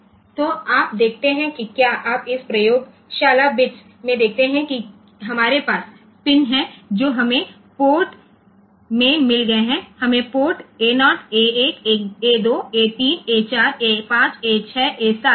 तो आप देखते हैं कि क्या आप इस प्रयोगशाला बिट्स में देखते हैं कि हमारे पास पिन हैं जो हमें पोर्ट में मिल गए हैं हमें port A0 A1 A2 A3 A4 A5 A6 A7 मिले है